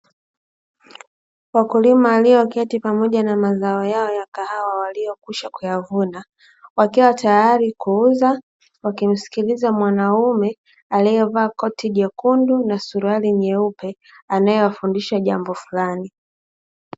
Wakulima walioketi pamoja na mazao yao ya kahawa waliokwisha kuyavuna, wakiwa tayari kuuza wakimsikiliza mwanaume aliyevaa koti jekundu na suruali nyeupe, anayewafundisha jambo fulani.